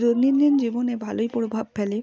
দৈনন্দিন জীবনে ভালোই প্রভাব ফেলে